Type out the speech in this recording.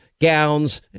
gowns